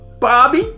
Bobby